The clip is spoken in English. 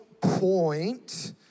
point